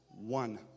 one